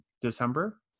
December